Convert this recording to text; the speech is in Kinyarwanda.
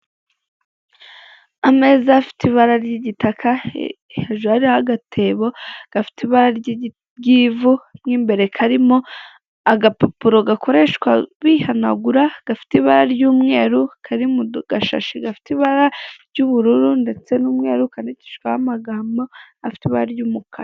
Ameza afite ibara ry'igitaka hejuru hariho agatebo gafite ibara ry'ivu mo imbere karimo agapapuro gakoreshwa bihanagura gafite ibara ry'umweru kari mu gashashi gafite ibara ry'ubururu ndetse n'umweru kandikishijweho amagambo afite ibara ry'umukara.